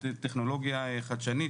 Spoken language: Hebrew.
טכנולוגיה חדשנית,